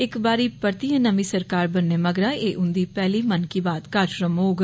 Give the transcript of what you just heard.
इस बारी परतियें नमीं सरकार बनने मगरा एह् उन्दी पैह्ली 'मन की बात' कारजक्रम होग